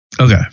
Okay